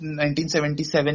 1977